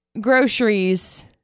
groceries